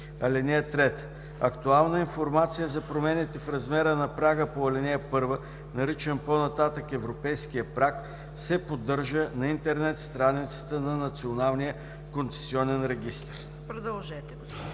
Актуална информация за промените в размера на прага по ал. 1, наричан по-нататък „европейския праг“, се поддържа на интернет страницата на Националния концесионен регистър.“ Комисията подкрепя